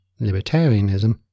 libertarianism